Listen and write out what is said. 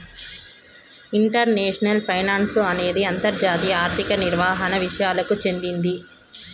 international finance అనేది అంతర్జాతీయ ఆర్థిక నిర్వహణ విసయాలకు చెందింది